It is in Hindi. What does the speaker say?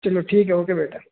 चलो ठीक है ओके बेटा